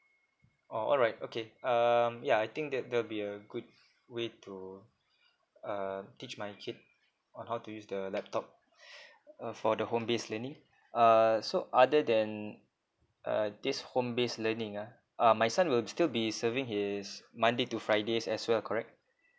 oh alright okay um yeah I think that that will be a good way to uh teach my kid on how to use the laptop uh for the home based learning uh so other than uh this home based learning ah uh my son will still be serving his monday to fridays as well correct